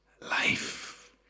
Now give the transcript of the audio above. life